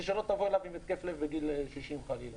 שלא תבוא אליו עם התקף לב בגיל 60 חלילה.